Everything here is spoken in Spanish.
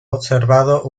observado